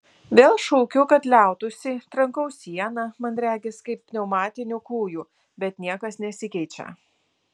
vėl šaukiu kad liautųsi trankau sieną man regis kaip pneumatiniu kūju bet niekas nesikeičia